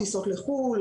טיסות לחו"ל,